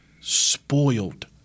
spoiled